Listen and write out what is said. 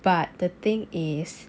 but the thing is